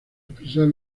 expresar